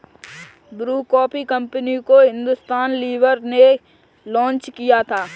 Bru coffee company को Hindustan Lever ने launch किया था